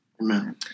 Amen